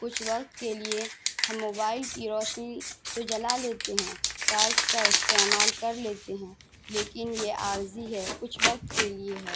کچھ وقت کے لیے ہم موبائل کی روشنی تو جلا لیتے ہیں ٹارچ کا استعمال کر لیتے ہیں لیکن یہ عارضی ہے کچھ وقت کے لیے ہے